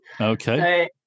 Okay